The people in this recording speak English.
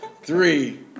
Three